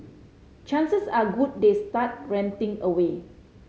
chances are good they start ranting away